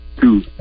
two